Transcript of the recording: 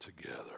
Together